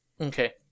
Okay